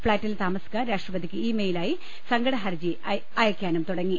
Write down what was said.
ഫ്ളാറ്റിലെ താമസക്കാർ രാഷ്ട്ര പതിക്ക് ഇ മെയിലായി സങ്കട ഹർജി അയക്കാനും തുടങ്ങി